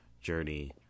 journey